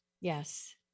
Yes